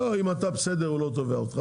לא, אם אתה בסדר הוא לא תובע אותך.